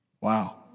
Wow